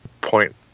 point